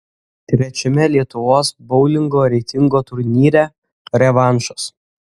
trečiame lietuvos boulingo reitingo turnyre revanšas